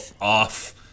off